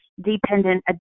dependent